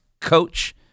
coach